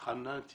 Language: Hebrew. התחננתי